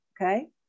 okay